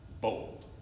bold